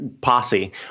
posse